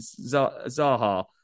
Zaha